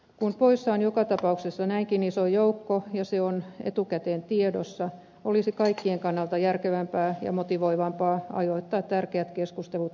kun poissa on joka tapauksessa näinkin iso joukko ja se on etukäteen tiedossa olisi kaikkien kannalta järkevämpää ja motivoivampaa ajoittaa tärkeät keskustelut eri ajalle